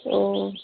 ओ